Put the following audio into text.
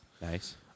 Nice